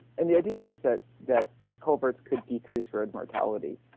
and the idea is that that culverts could decrease road mortality.